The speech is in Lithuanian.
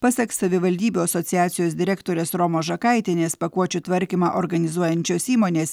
pasak savivaldybių asociacijos direktorės romos žakaitienės pakuočių tvarkymą organizuojančios įmonės